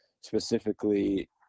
specifically